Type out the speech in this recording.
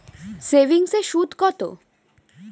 সেভিংসে সুদ কত?